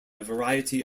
variety